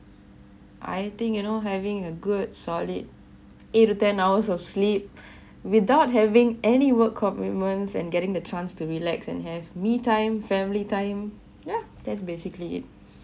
I think I don't having a good solid eight to ten hours of sleep without having any work commitment and getting the chance to relax and have me time family time yeah that's basically it